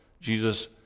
Jesus